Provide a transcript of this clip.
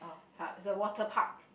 uh it's a water park